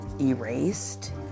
erased